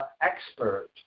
expert